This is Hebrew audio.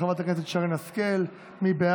של חבר הכנסת דוד אמסלם לא